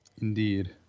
Indeed